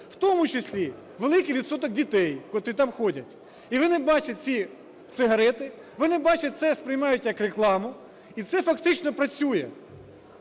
в тому числі великий відсоток дітей, котрі там ходять. І вони бачать ці сигарети, вони бачать це і сприймають як рекламу, і це фактично працює.